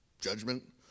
judgment